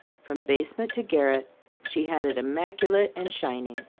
from basement to garret she had it immaculate and shining.